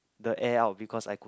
the air out because I could